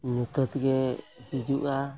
ᱧᱩᱛᱟᱹᱛ ᱜᱮ ᱦᱤᱡᱩᱜᱼᱟ